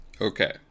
Okay